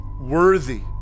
worthy